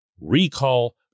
recall